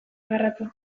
garratza